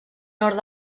nord